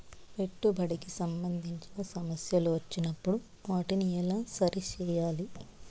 పెట్టుబడికి సంబంధించిన సమస్యలు వచ్చినప్పుడు వాటిని ఎలా సరి చేయాలి?